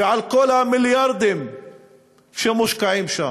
ועל כל המיליארדים שמושקעים שם,